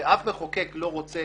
הרי שום מחוקק לא רוצה